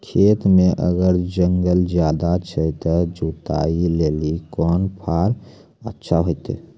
खेत मे अगर जंगल ज्यादा छै ते जुताई लेली कोंन फार अच्छा होइतै?